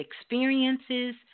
experiences